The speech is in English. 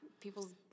people's